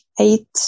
eight